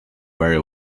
very